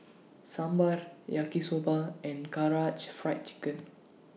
Sambar Yaki Soba and Karaage Fried Chicken